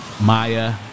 Maya